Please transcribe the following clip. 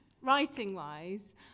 Writing-wise